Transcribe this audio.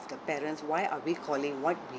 the parents why are we calling why we